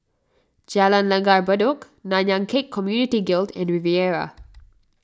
Jalan Langgar Bedok Nanyang Khek Community Guild and Riviera